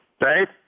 Dave